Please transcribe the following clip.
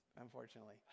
unfortunately